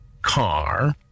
Car